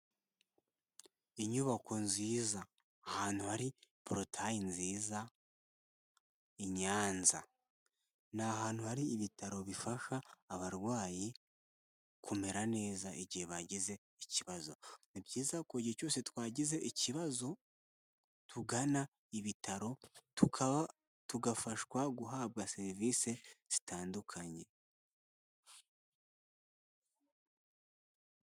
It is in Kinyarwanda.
Inyubako nziza, ahantu hari porutaye nziza i Nyanza. Ni ahantu hari ibitaro bifasha abarwayi kumera neza igihe bagize ikibazo, ni byiza ko igihe cyose twagize ikibazo tugana ibitaro tugafashwa guhabwa serivisi zitandukanye.